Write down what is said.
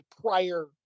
prior